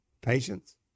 Patience